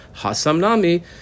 hasamnami